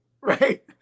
Right